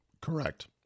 Correct